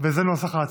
וזה נוסח ההצהרה,